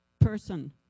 person